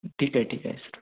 ठीक आहे ठीक आहे सर